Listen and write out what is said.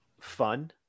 fun